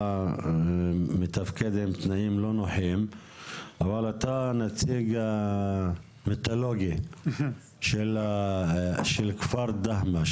אתה מתפקד עם תנאים לא נוחים אבל אתה נציג מיתולוגי של כפר דהמש,